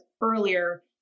earlier